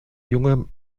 junge